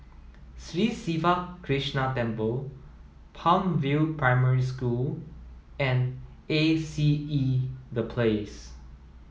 Sri Siva Krishna Temple Palm View Primary School and A C E The Place